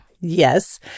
Yes